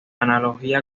analogía